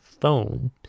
phone